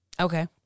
Okay